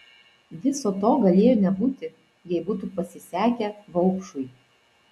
viso to galėjo nebūti jei būtų pasisekę vaupšui